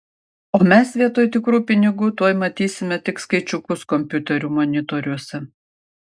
o mes vietoj tikrų pinigų tuoj matysime tik skaičiukus kompiuterių monitoriuose